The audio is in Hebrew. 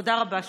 תודה רבה שוב.